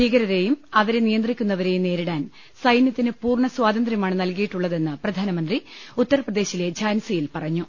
ഭീകരരെയും അവരെ നിയന്ത്രിക്കുന്നവ രെയും നേരിടാൻ സൈനൃത്തിന് പൂർണ്ണ സാതന്ത്രൃമാണ് നൽകിയിട്ടുള്ള തെന്ന് പ്രധാനമന്ത്രി ഉത്തർപ്രദേശിലെ ഝാൻസിയിൽ പറഞ്ഞു